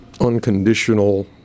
Unconditional